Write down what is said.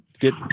get